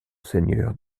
seigneur